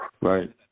Right